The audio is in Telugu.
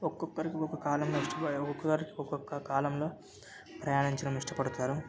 ఒక్కొక్కరికి ఒక కాలంలో ఇష్టప ఒక్కొక్కరికి ఒక్కొక్క కాలంలో ప్రయాణించడం ఇష్టపడతారు